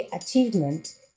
achievement